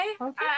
Okay